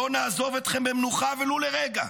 לא נעזוב אתכם במנוחה ולו לרגע.